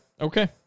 Okay